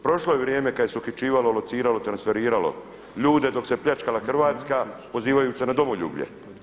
Prošlo je vrijeme kada se uhićivalo, lociralo, transferiralo ljude dok se pljačkala Hrvatska, pozivajući se na domoljublje.